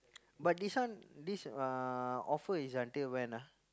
but this one this uh offer is until when ah